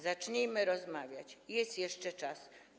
Zacznijmy rozmawiać, jest jeszcze czas.